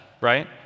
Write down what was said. right